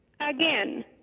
again